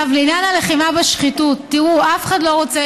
לעניין הלחימה בשחיתות, תראו, אף אחד לא רוצה